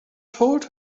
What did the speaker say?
told